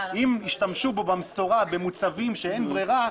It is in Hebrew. אם ישתמשו בו במסורה במוצבים שאין ברירה,